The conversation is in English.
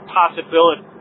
possibility